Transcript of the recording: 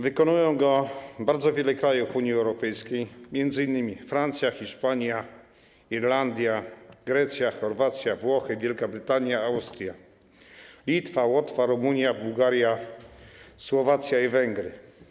Wykonuje go bardzo wiele krajów Unii Europejskiej, m.in. Francja, Hiszpania, Irlandia, Grecja, Chorwacja, Włochy, Wielka Brytania, Austria, Litwa, Łotwa, Rumunia, Bułgaria, Słowacja i Węgry.